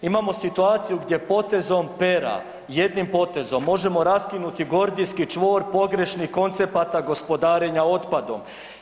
Imamo situaciju gdje potezom pera, jednim potezom možemo raskinuti gordijski čvor pogrešnih koncepata gospodarenja otpadom.